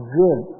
good